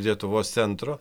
lietuvos centro